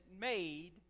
made